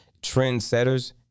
trendsetters